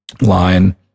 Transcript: line